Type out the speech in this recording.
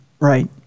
Right